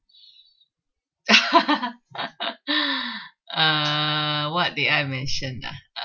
err what did I mentioned ah